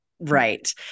Right